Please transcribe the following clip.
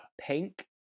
Pink